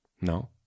No